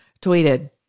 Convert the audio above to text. tweeted